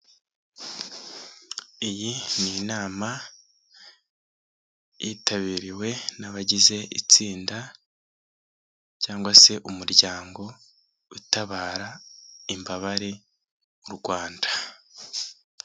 Iyi ni inama yitabiriwe n'abagize itsinda cyangwa se umuryango utabara imbabare mu Rwanda.